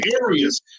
areas